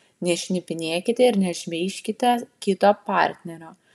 nešnipinėkite ir nešmeižkite kito partnerio